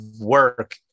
work